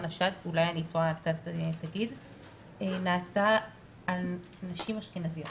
השד ואולי אני טועה נעשה על נשים אשכנזיות.